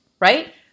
right